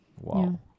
Wow